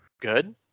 Good